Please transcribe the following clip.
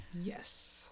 Yes